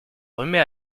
remet